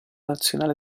nazionale